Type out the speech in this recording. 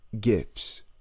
gifts